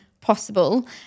possible